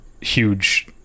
huge